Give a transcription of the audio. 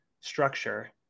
structure